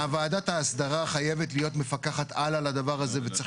ועדת ההסדרה חייבת להיות מפקחת על על הדבר הזה וצריך